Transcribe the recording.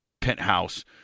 penthouse